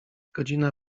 godzina